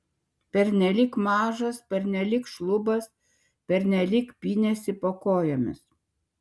pernelyg mažas pernelyg šlubas pernelyg pynėsi po kojomis